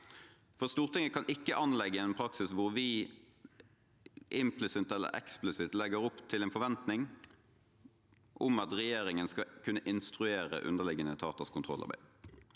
Stortinget kan ikke anlegge en praksis hvor vi implisitt eller eksplisitt legger opp til en forventning om at regjeringen skal kunne instruere underliggende etaters kontrollarbeid.